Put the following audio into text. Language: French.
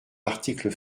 article